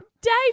Dave